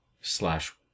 slash